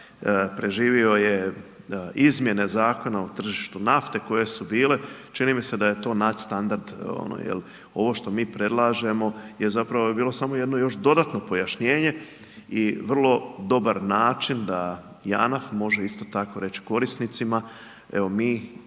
preživio je izmjene Zakona o tržištu nafte koje su bile, čini mi se da je to nadstandard, jel ovo što mi predlažemo je zapravo bi bilo samo jedno dodatno pojašnjenje i vrlo dobar način da JANAF može isto tako reć korisnicima, evo mi